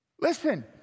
Listen